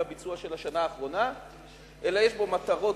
הביצוע של השנה האחרונה אלא יש בו מטרות.